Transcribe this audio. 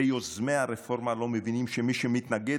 ויוזמי הרפורמה לא מבינים שמי שמתנגד